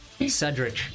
Cedric